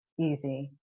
easy